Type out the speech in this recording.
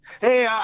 Hey